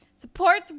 Supports